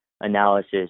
analysis